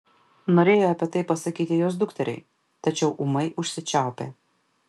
norėjo apie tai pasakyti jos dukteriai tačiau ūmai užsičiaupė